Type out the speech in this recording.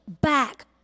back